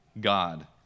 God